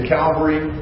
Calvary